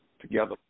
together